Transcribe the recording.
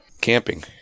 Camping